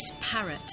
parrot